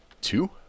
two